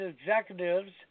executives